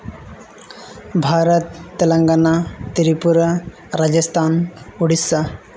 Bharat Telangana Tripura Rajasthan Odisha